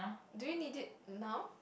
do you need it now